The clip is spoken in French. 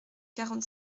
quarante